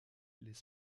les